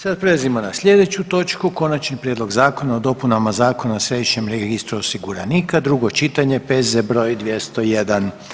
Sada prelazimo na sljedeću točku - Konačni prijedlog zakona o dopunama Zakona o središnjem registru osiguranika, drugo čitanje, P.Z. br. 201.